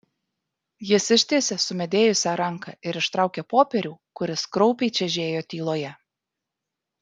jis ištiesė sumedėjusią ranką ir ištraukė popierių kuris kraupiai čežėjo tyloje